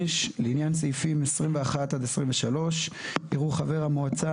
לעניין סעיפים 21 עד 23 יראו חבר המועצה